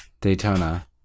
Daytona